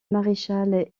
maréchal